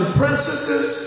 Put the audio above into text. princesses